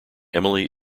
emily